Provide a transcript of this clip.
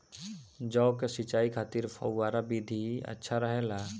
जौ के सिंचाई खातिर फव्वारा विधि अच्छा रहेला?